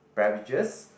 beverages